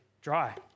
dry